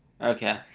Okay